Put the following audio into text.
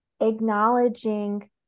acknowledging